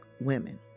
women